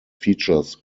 features